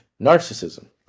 narcissism